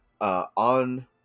on